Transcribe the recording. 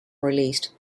released